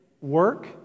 work